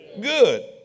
good